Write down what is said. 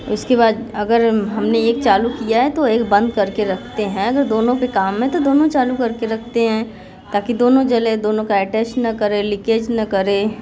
उसके बाद अगर हमने एक चालू किया है तो एक बंद करके रखते हैं अगर दोनों पर काम है तो दोनों चालू करके रखते हैं ताकि दोनों जले दोनों का अटेच न करे लीकेज न करे